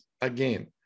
again